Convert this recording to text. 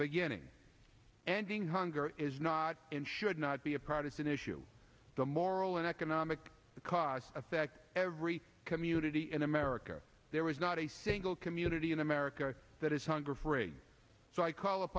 beginning and being hunger is not in should not be a partisan issue the moral and economic cost affects every community in america there is not a single community in america that is hunger free so i call up